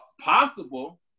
possible